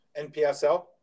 NPSL